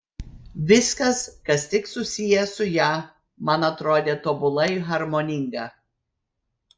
viskas kas tik susiję su ja man atrodė tobulai harmoninga